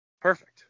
Perfect